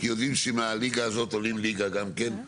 יודעים שמהליגה הזאת עולים ליגה גם כן.